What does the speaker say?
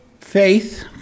Faith